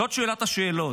זאת שאלת השאלות: